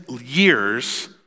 years